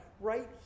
right